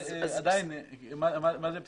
עדיין, מה זה פסמונים?